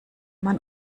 man